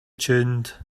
tuned